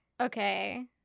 Okay